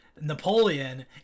Napoleon